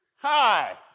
hi